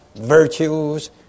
virtues